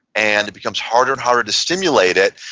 and it becomes harder and harder to stimulate it,